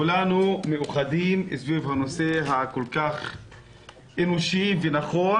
כולנו מאוחדים סביב הנושא האנושי והנכון